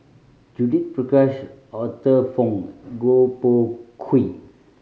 Judith Prakash Arthur Fong Goh Koh Pui